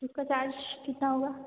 उसका चार्ज कितना होगा